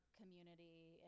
community